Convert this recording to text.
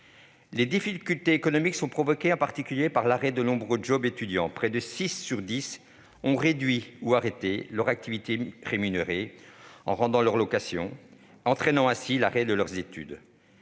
Les difficultés économiques sont provoquées en particulier par l'arrêt de nombreux jobs étudiants. Près de six sur dix ont réduit ou arrêté leur activité rémunérée en rendant leur location, entraînant ainsi l'arrêt de leurs études.